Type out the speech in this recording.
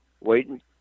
waiting